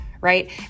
right